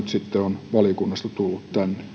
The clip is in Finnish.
sitten on valiokunnasta tullut tänne